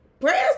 prayers